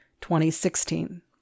2016